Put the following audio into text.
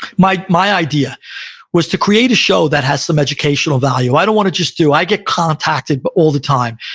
my my idea was to create a show that has some educational value. i don't want to just do. i get contacted but all the time.